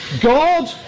God